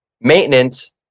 maintenance